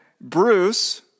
Bruce